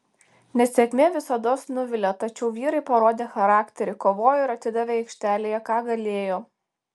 nesėkmė visados nuvilia tačiau vyrai parodė charakterį kovojo ir atidavė aikštėje ką galėjo